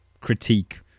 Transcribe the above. critique